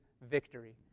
victory